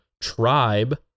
tribe